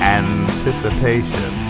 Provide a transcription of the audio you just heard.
anticipation